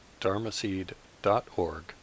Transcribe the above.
dharmaseed.org